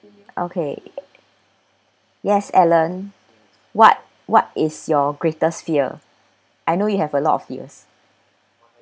okay yes alan what what is your greatest fear I know you have a lot of fears